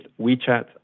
WeChat